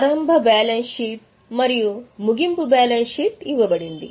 ప్రారంభ balance sheet మరియు ముగింపు బ్యాలెన్స్ షీట్ ఇవ్వబడింది